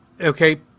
Okay